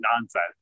nonsense